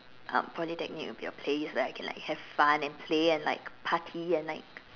uh Polytechnic will be a place where I can like have fun and play and like party and like